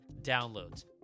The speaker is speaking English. downloads